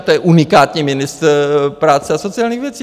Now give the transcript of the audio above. To je unikátní ministr práce a sociálních věcí.